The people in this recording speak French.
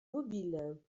mobiles